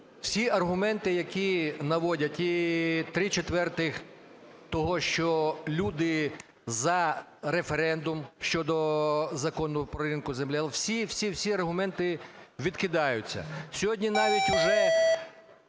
Всі аргументи, які наводять, і три четвертих того, що люди за референдум щодо закону по ринку землі, але всі аргументи відкидаються. Сьогодні навіть уже